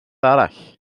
arall